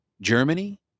germany